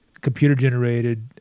computer-generated